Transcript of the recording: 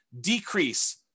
decrease